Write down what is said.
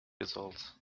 results